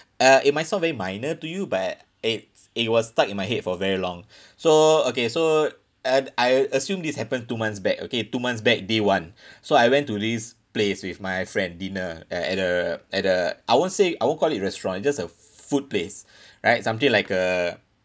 uh it might sound very minor to you but it's it was stuck in my head for very long so okay so uh I assume this happened two months back okay two months back day one so I went to this place with my friend dinner at a at a I won't say I won't call it restaurant it just a food place right something like a